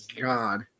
god